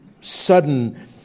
sudden